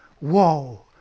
whoa